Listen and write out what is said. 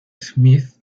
smith